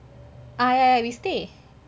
ah ya ya we stay